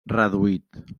reduït